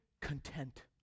content